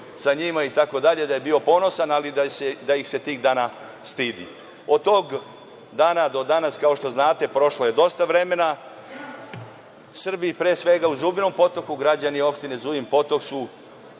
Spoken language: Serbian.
sa njima itd. da je bio ponosan, ali da ih se tih dana stidi. Od toga dana do danas, kao što znate, prošlo je dosta vremena. Srbi pre svega u Zubinom Potoku, građani opštine Zubin Potok su